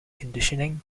conditioning